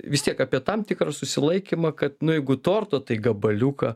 vis tiek apie tam tikrą susilaikymą kad na jeigu torto tai gabaliuką